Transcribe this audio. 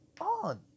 on